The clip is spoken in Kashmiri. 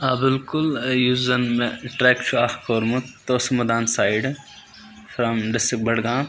آ بالکُل یُس زَن مےٚ ٹرٛک چھُ اَکھ کوٚرمُت توسہٕ مٲدان سایڈٕ فرٛام ڈِسٹِرٛک بَڈگام